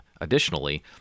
additionally